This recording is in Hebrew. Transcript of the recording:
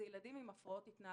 זה ילדים עם הפרעות התנהגות.